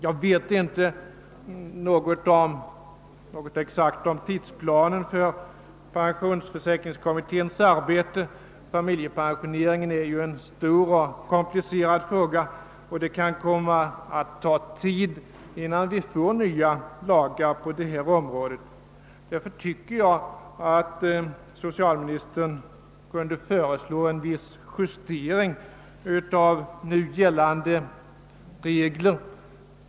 Jag vet inte något exakt om tidsplanen för pensionsförsäkringskommitténs arbete. Familjepensioneringen är ju en stor och komplicerad fråga, och det kan komma att ta tid innan vi får nya lagar på detta område. Därför tycker jag att socialministern kunde föreslå en viss justering av nu gällande regler.